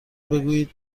بگویید